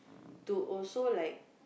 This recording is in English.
to also like